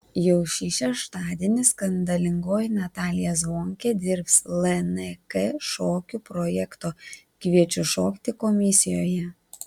jau šį šeštadienį skandalingoji natalija zvonkė dirbs lnk šokių projekto kviečiu šokti komisijoje